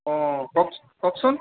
অ কওক কওকচোন